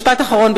משפט אחרון,